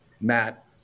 Matt